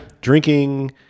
drinking